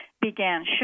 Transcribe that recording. began